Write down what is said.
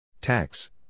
Tax